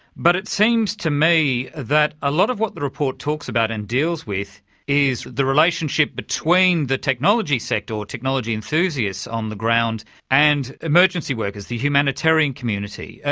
but it seems to me that a lot of what the report talks about and deals with is the relationship between the technology sector or technology enthusiasts on the ground and emergency workers, the humanitarian community, ah